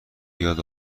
بیاد